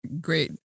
Great